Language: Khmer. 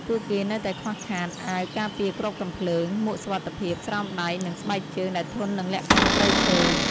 ពួកគេនៅតែខ្វះខាត អាវការពារគ្រាប់កាំភ្លើង មួកសុវត្ថិភាព ស្រោមដៃ និងស្បែកជើងដែលធន់នឹងលក្ខខណ្ឌព្រៃឈើ។